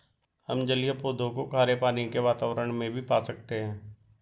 हम जलीय पौधों को खारे पानी के वातावरण में भी पा सकते हैं